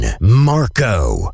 Marco